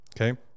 Okay